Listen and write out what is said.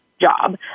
job